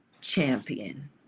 champion